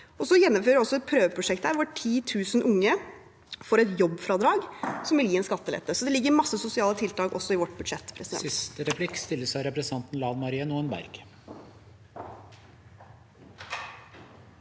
Vi gjennomfører også et prøveprosjekt der 10 000 unge får et jobbfradrag som vil gi en skattelette. Så det ligger masse sosiale tiltak også i vårt budsjett.